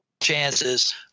Chances